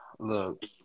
Look